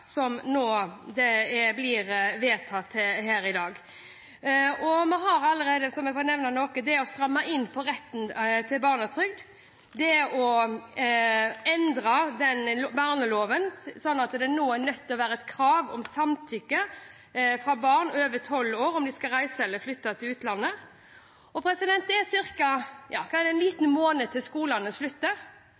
som nå blir vedtatt her i dag. Vi har allerede – for å nevne noe – strammet inn på retten til barnetrygd endret barneloven, slik at det nå er nødt til å være et krav om samtykke fra barn over tolv år om de skal reise eller flytte til utlandet Det er en liten måned til skolene